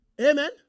Amen